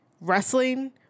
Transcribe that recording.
wrestling